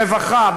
ברווחה,